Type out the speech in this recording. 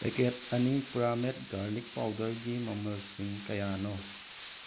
packet ꯑꯅꯤ ꯄꯨꯔꯥꯃꯦꯠ garlic ꯄꯥꯎꯗꯔꯒꯤ ꯃꯃꯜꯁꯤꯡ ꯀꯌꯥꯅꯣ